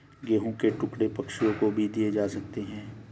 गेहूं के टुकड़े पक्षियों को भी दिए जा सकते हैं